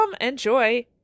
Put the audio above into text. Enjoy